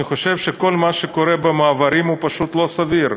אני חושב שכל מה שקורה במעברים הוא פשוט לא סביר.